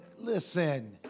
listen